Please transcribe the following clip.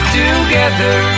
together